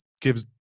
gives